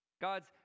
God's